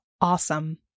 awesome